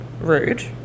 rude